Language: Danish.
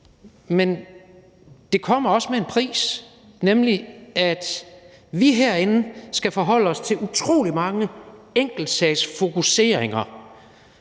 men det kommer også med en pris, nemlig at vi herinde skal forholde os til utrolig mange enkeltsagsfokuseringer,